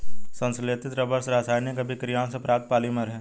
संश्लेषित रबर रासायनिक अभिक्रियाओं से प्राप्त पॉलिमर है